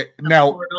now